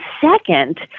second